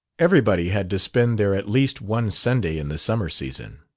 everybody had to spend there at least one sunday in the summer season.